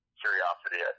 curiosity